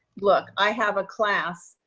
look, i have a class.